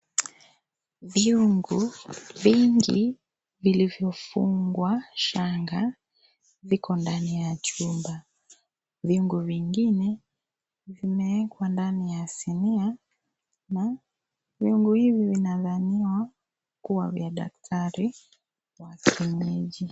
Viungu vingi vilivyofungwa shanga viko ndani ya chumba. Viungu vingine vimewekwa ndani ya sinia, na viungu hivi vinadhaniwa kuwa vya daktari wa kienyeji.